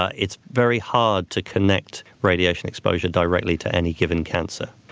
ah it's very hard to connect radiation exposure directly to any given cancer,